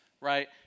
right